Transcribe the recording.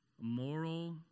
moral